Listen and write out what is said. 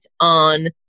on